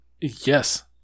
Yes